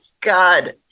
god